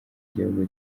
gihugu